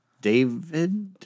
David